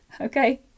Okay